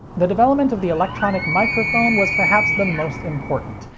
the development of the electronic microphone was perhaps the most important.